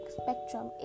spectrum